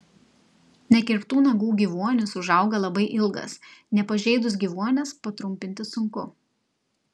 nekirptų nagų gyvuonis užauga labai ilgas nepažeidus gyvuonies patrumpinti sunku